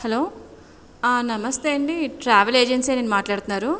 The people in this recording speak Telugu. హలో నమస్తే అండి ట్రావెల్ ఏజెన్సీయేనా అండి మాట్లాడుతున్నారు